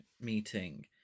meeting